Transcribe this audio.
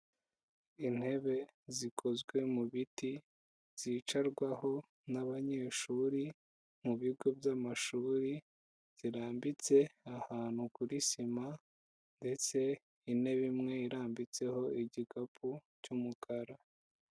Intebe zikozwe mu biti, zicarwaho n'abanyeshuri mu bigo by'amashuri, zirambitse ahantu kuri sima ndetse intebe imwe irambitseho igikapu cy'umukara.